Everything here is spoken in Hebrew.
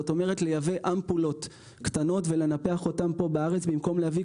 זאת אומרת לייבא אמפולות קטנות ולנפח אותן פה בארץ במקום להביא